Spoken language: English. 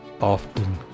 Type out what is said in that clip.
often